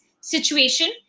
situation